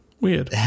Weird